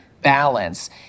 balance